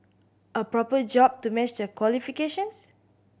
a proper job to match their qualifications